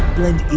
blend in,